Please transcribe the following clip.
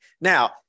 Now